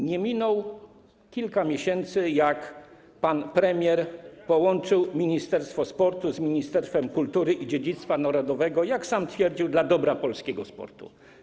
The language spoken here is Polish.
Nie minęło kilka miesięcy, odkąd pan premier połączył Ministerstwo Sportu z Ministerstwem Kultury i Dziedzictwa Narodowego, jak sam twierdził, dla dobra polskiego sportu.